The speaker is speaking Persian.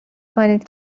کنید